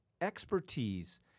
expertise